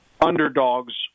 underdogs